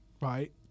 right